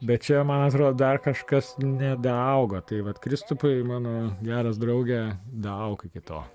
bet čia man atrodo dar kažkas nedaaugo tai vat kristupai mano geras drauge daauk iki to